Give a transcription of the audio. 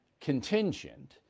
contingent